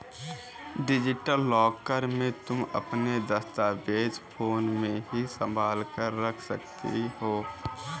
digital locker में तुम अपने दस्तावेज फोन में ही संभाल कर रख सकती हो